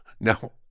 No